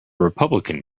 republican